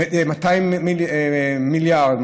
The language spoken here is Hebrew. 200 מיליארד,